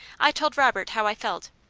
i told robert how i felt,